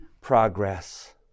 progress